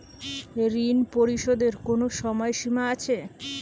ঋণ পরিশোধের কোনো সময় সীমা আছে?